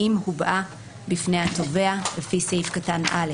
אם הובעה בפני התובע לפי סעיף קטן (א)"